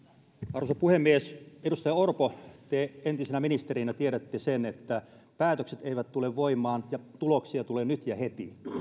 arvoisa puhemies edustaja orpo te entisenä ministerinä tiedätte sen että päätökset eivät tule voimaan eikä tuloksia tule nyt ja heti